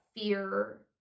fear